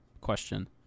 question